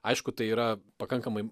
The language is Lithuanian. aišku tai yra pakankamai